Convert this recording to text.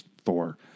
Thor